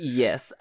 yes